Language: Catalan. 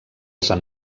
sant